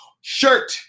shirt